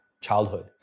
childhood